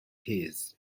his